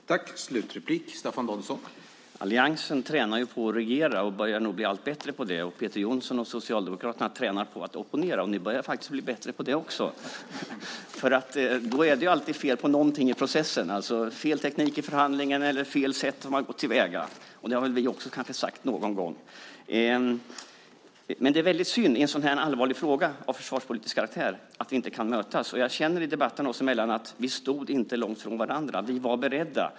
Herr talman! Alliansen tränar ju på att regera och börjar bli allt bättre på det. Peter Jonsson och Socialdemokraterna tränar på att opponera och de börjar faktiskt också bli bättre. Då är det alltid fel på någonting i processen, fel teknik i förhandlingen eller fel på hur man går till väga. Det har väl även vi sagt någon gång. Det är synd att vi i en allvarlig fråga av försvarspolitisk karaktär inte kan mötas, för jag känner i debatten oss emellan att vi inte stod långt ifrån varandra. Vi var beredda.